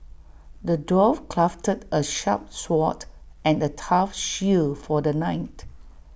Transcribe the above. the dwarf crafted A sharp sword and A tough shield for the knight